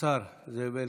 השר זאב אלקין.